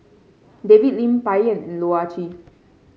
David Lim Bai Yan and Loh Ah Chee